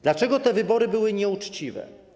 Dlaczego te wybory były nieuczciwe?